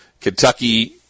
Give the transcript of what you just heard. Kentucky